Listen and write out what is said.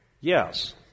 Yes